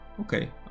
Okay